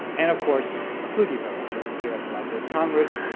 and of course, a kluge fellowship here at the library of congress,